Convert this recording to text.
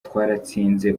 twaratsinze